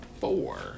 four